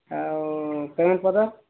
ଆଉ ପେମେଣ୍ଟ ପତ୍ର